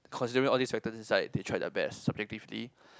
considering all these circumstances aside they tried their best subjectively